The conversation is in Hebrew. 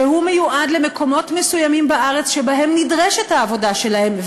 שמיועד למקומות מסוימים בארץ שבהם נדרשת העבודה שלהם,